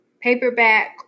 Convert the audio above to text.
paperback